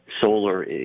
solar